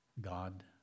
God